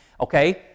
Okay